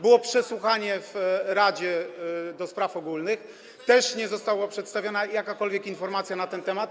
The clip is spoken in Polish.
Było przesłuchanie w Radzie do Spraw Ogólnych i też nie została przedstawiona jakakolwiek informacja na ten temat.